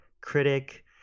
critic